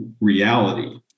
reality